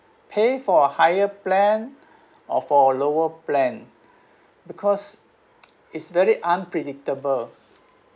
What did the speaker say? pay for a higher plan or for a lower plan because it's very unpredictable